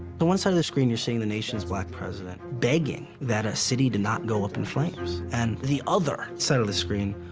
one side of the screen, you're seeing the nation's black president begging that a city do not go up in flames. and the other side of the screen,